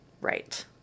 right